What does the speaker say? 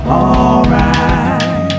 alright